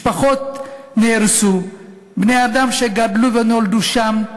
משפחות נהרסו, בני-אדם שגדלו ונולדו שם,